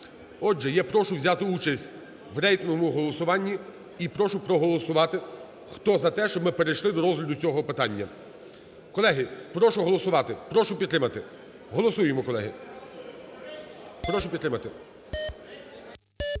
Отже, я прошу взяти участь в рейтинговому голосуванні і прошу проголосувати хто за те, щоб ми перейшли до розгляду цього питання. Колеги, прошу голосувати, прошу підтримати, голосуємо колеги. Прошу підтримати.